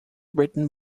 written